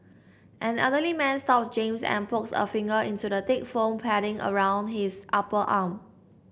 an elderly man stops James and pokes a finger into the thick foam padding around his upper arm